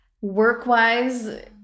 work-wise